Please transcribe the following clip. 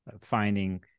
finding